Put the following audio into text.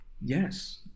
Yes